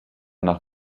nach